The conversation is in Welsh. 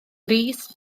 rees